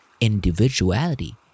individuality